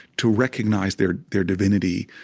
to recognize their their divinity,